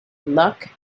luck